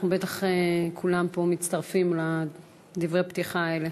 בטח כולם פה מצטרפים לדברי הפתיחה האלה.